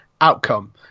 outcome